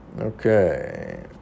Okay